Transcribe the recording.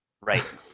Right